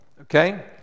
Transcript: okay